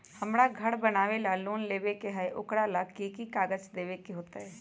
हमरा घर बनाबे ला लोन लेबे के है, ओकरा ला कि कि काग़ज देबे के होयत?